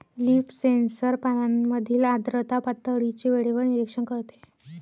leaf sensor पानांमधील आर्द्रता पातळीचे वेळेवर निरीक्षण करते